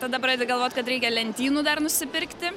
tada pradedi galvot kad reikia lentynų dar nusipirkti